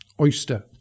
Oyster